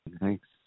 Thanks